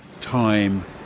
time